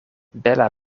bela